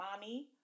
mommy